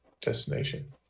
destination